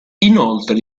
inoltre